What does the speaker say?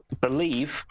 believe